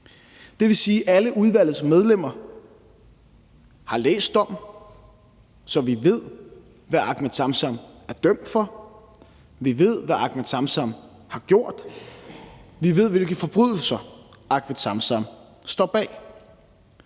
Det vil sige, at alle udvalgets medlemmer har læst dommen, så vi ved, hvad Ahmed Samsam er dømt for, vi ved, hvad Ahmed Samsam har gjort, vi ved, hvilke forbrydelser Ahmed Samsam står bag,